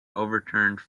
overturned